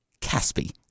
Caspi